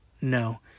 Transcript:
No